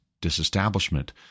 disestablishment